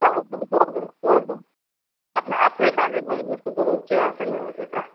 स्याहार्छ स्याहार्छ स्याहार्छ अब आफ्नै बाजे बोजू जस्तो गरेर स्याहार्छ नि अब त्यो त